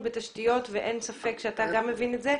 בתשתיות ואין ספק שאתה גם מבין את זה.